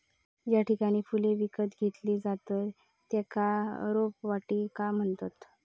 ज्या ठिकाणी फुले विकत घेतली जातत त्येका रोपवाटिका म्हणतत